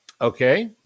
okay